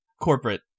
corporate